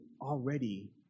already